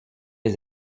les